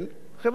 חברת הביטוח,